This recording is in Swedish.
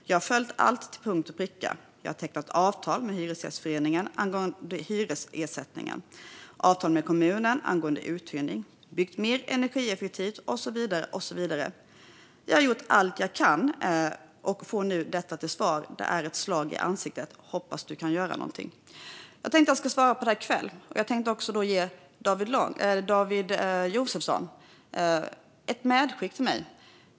Jag har följt allt till punkt och pricka. Jag har tecknat avtal med Hyresgästföreningen angående hyresersättningen, avtal med kommunen angående uthyrning, byggt mer energieffektivt och så vidare och så vidare. Jag har gjort allt jag kan och får nu detta till svar. Det är ett slag i ansiktet. Hoppas du kan göra någonting." Jag tänkte svara på det här i kväll, och då tänkte jag låta David Josefsson ge mig ett medskick.